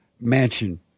Mansion